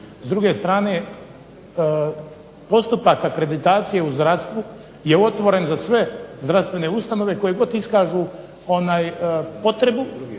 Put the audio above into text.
S druge strane, postupak akreditacije u zdravstvu je otvoren za sve zdravstvene ustanove koje god iskažu potrebu